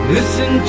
Listen